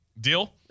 Deal